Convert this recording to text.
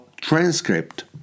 transcript